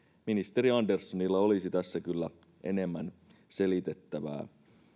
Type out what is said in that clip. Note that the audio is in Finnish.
ministeri anderssonilla olisi tässä kyllä enemmän selitettävää